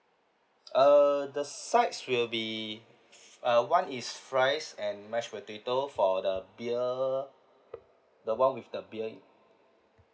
err the sides will be uh one is fries and mashed potato for the beer the one with the beer